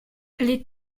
les